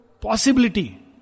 possibility